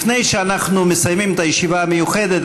לפני שאנחנו מסיימים את הישיבה המיוחדת,